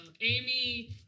Amy